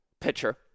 pitcher